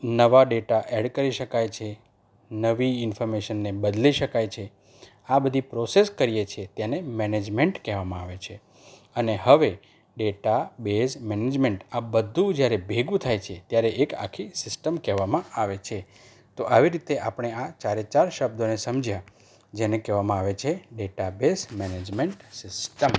નવા data add કરી શકાય છે નવી ઇન્ફર્મેશનને બદલી શકાય છે આ બધી પ્રોસેસ કરીએ છીએ તેને મેનેજમેન્ટ કહેવામાં આવે છે અને હવે ડેટા બેઝ મેનેજમેન્ટ આ બધું જ્યારે ભેગું થાય છે ત્યારે એક આખી સિસ્ટમ કહેવામાં આવે છે તો આવી રીતે આપણે આ ચારે ચાર શબ્દોને સમજ્યા જેને કહેવામાં આવે છે ડેટાબેઝ મેનેજમેન્ટ સિસ્ટમ